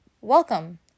Welcome